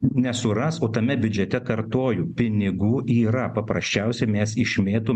nesuras o tame biudžete kartoju pinigų yra paprasčiausiai mes išmėtom